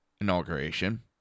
inauguration